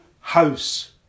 house